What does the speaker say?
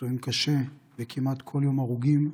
פצועים קשה, וכמעט כל יום הרוגים,